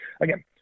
again